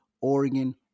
Oregon